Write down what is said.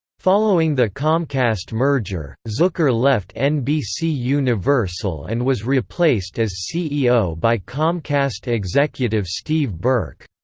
following the comcast merger, zucker left nbcuniversal and was replaced as ceo by comcast executive steve burke.